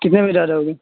کتنے بجے آ جاؤ گے